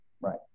Right